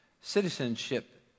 citizenship